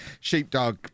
Sheepdog